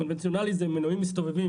בקונבנציונאלי המנועים מסתובבים,